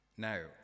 Now